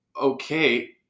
okay